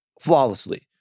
flawlessly